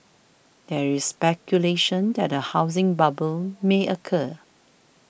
there is speculation that a housing bubble may occur